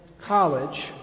college